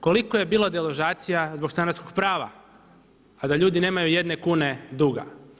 Koliko je bilo deložacija zbog stanarskog prava, a da ljudi nemaju jedne kune duga?